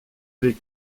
avec